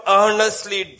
earnestly